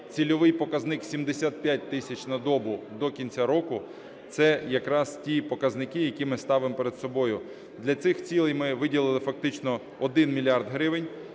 цільовий показник 75 тисяч на добу до кінця року - це якраз ті показники, які ми ставимо перед собою. Для цих цілей ми виділили фактично 1 мільярд гривень